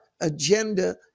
agenda